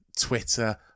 Twitter